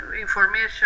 information